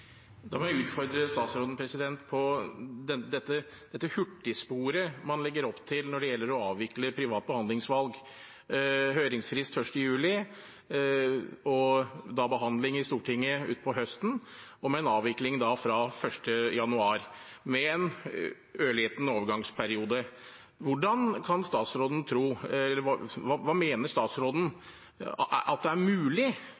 Da må jeg utfordre statsråden på hurtigsporet man legger opp til når det gjelder å avvikle privat behandlingsvalg. Det er høringsfrist 1. juli, behandling i Stortinget utpå høsten, og avvikling fra 1. januar – med en ørliten overgangsperiode. Hvordan mener statsråden